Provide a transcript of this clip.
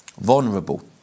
vulnerable